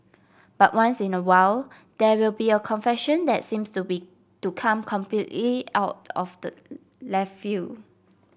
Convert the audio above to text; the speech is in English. but once in a while there will be a confession that seems to be to come completely out of the left field